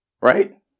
Right